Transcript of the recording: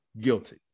guilty